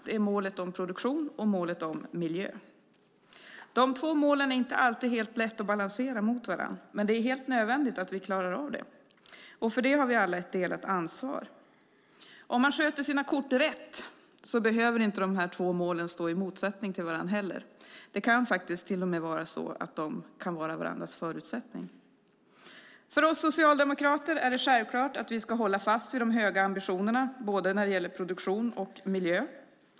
Det är målet om produktion och målet om miljö. De två målen är inte alltid helt lätta att balansera mot varandra, men det är helt nödvändigt att vi klarar av det, och för det har vi alla ett delat ansvar. Om man sköter sina kort rätt behöver de här två målen inte heller stå i motsättning till varandra. Det kan faktiskt till och med vara så att de kan vara varandras förutsättningar. För oss socialdemokrater är det självklart att vi ska hålla fast vid de höga ambitionerna när det gäller både produktion och miljö.